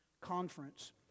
conference